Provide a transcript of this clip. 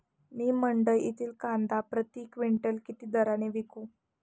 मी मंडईतील कांदा प्रति क्विंटल किती दराने विकू?